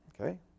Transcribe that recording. Okay